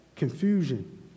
Confusion